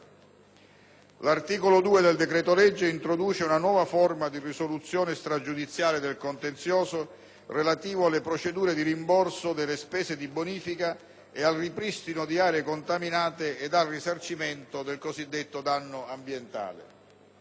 L'articolo 2 del decreto-legge introduce una forma di risoluzione stragiudiziale del contenzioso relativo alle procedure di rimborso delle spese di bonifica e ripristino di aree contaminate e al risarcimento del danno ambientale.